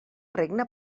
regne